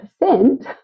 percent